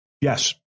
Yes